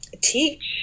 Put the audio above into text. teach